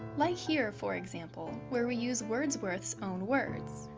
like here, for example, where we use wordsworth's own words,